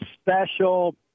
special